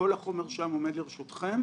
כל החומר שם עומד לרשותכם,